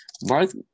Barth